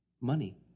Money